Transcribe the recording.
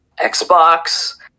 Xbox